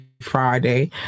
Friday